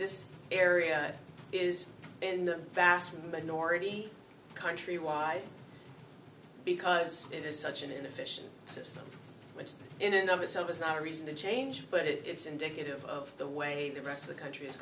this area is in the vast minority countrywide because it is such an inefficient system which in and of itself is not a reason to change but it's indicative of the way the rest of the country has